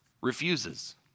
refuses